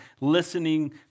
listening